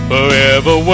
Forever